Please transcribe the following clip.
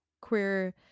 queer